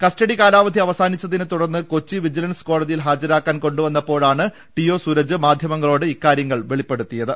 custody കാലാവധി അവസാനിച്ചതിന്റെ തുടർന്ന് കൊച്ചി വിജി ലൻസ് കോടതിയിൽ ഹാജരാക്കാൻ കൊണ്ടു വന്നപ്പോഴാണ് ടി ഒ സൂരജ് മാധ്യമങ്ങളോട് ഇക്കാര്യങ്ങൾ വെളിപ്പെടുത്തിയത്